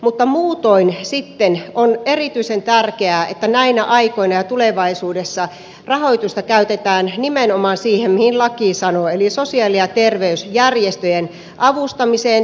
mutta muutoin sitten on erityisen tärkeää että näinä aikoina ja tulevaisuudessa rahoitusta käytetään nimenomaan siihen mihin laki sanoo eli sosiaali ja terveysjärjestöjen avustamiseen